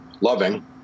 loving